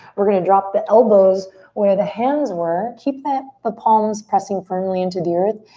we're gonna drop the elbows where the hands were. keep the the palms pressing firmly into the earth.